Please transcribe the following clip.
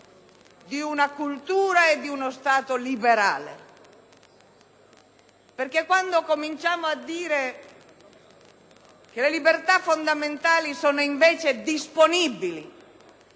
di una cultura e di uno Stato liberale. Quando cominciamo a dire che le libertà fondamentali sono invece disponibili